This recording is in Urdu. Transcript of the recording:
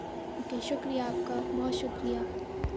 اوکے شکریہ آپ کا بہت شکریہ